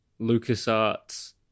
LucasArts